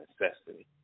necessity